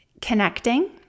connecting